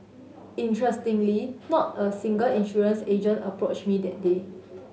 interestingly not a single insurance agent approached me that day